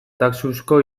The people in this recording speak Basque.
taxuzko